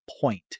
point